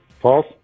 False